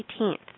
18th